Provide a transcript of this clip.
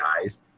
guys